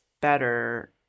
better